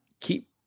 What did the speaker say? keep –